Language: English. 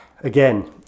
again